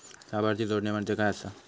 लाभार्थी जोडणे म्हणजे काय आसा?